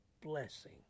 blessing